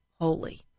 holy